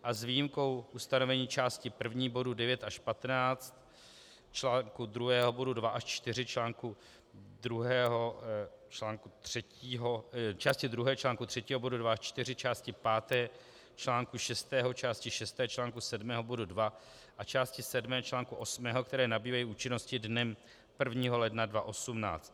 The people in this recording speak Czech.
A s výjimkou ustanovení části první bodu 9 až 15, článku druhého bodu 2 až 4, článku druhého článku třetího, části druhé, článku třetího bodu 2 až 4, části páté článku šestého, části šesté článku sedmého bodu 2 a části sedmé článku osmého, které nabývají účinnosti dnem 1. ledna 2018.